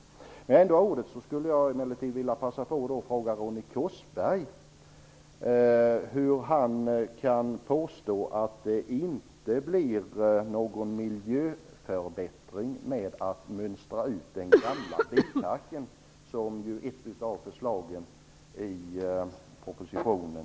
När jag ändå har ordet skulle jag emellertid vilja passa på att fråga Ronny Korsberg hur han kan påstå att det inte innebär någon miljöförbättring att mönstra ut den gamla bilparken, som ju är ett av förslagen i propositionen.